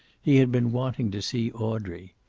he had been wanting to see audrey.